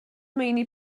meini